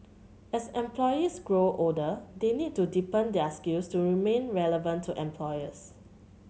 as employees grow older they need to deepen their skills to remain relevant to employers